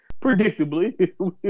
predictably